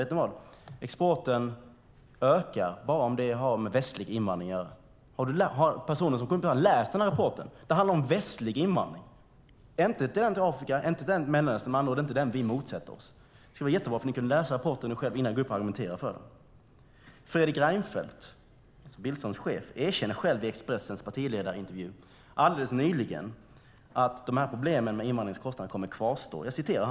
Vet ni vad, exporten ökar bara om det har med västlig invandring att göra. Har personen som tog upp detta läst rapporten? Det handlar om västlig invandring, inte Afrika eller Mellanöstern. Det är inte den vi motsätter oss. Det skulle vara jättebra om ni kunde läsa rapporten innan ni går upp och argumenterar för den. Fredrik Reinfeldt, Billströms chef, erkände själv i Expressens partiledarintervju alldeles nyligen att problemen med invandringens kostnader kommer att kvarstå.